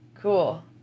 Cool